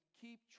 keep